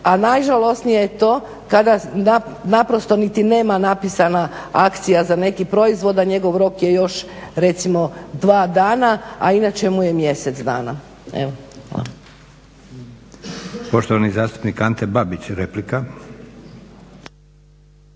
a najžalosnije je to kada naprosto niti nema napisana akcija za neki proizvod a njegov rok je još recimo dva dana a inače mu je mjesec dana. Evo hvala. **Leko, Josip